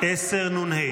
-- 10 נ"ה.